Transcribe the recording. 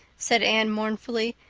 said anne mournfully.